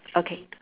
okay